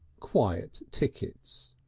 quiet tickets.